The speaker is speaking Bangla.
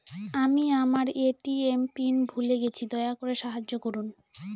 আমি আমার এ.টি.এম পিন ভুলে গেছি, দয়া করে সাহায্য করুন